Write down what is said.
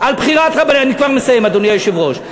אני כבר מסיים, אדוני היושב-ראש.